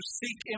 seek